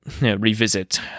revisit